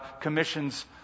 commissions